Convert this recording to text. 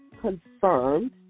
confirmed